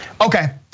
Okay